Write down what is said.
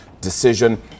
decision